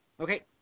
Okay